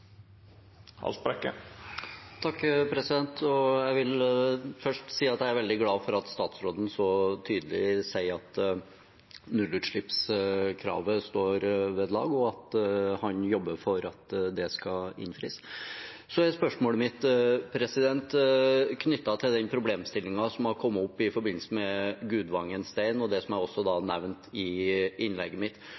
veldig glad for at statsråden så tydelig sier at nullutslippskravet står ved lag, og at han jobber for at det skal innfris. Spørsmålet mitt er knyttet til den problemstillingen som har kommet opp i forbindelse med Gudvangen Stein, og det som jeg også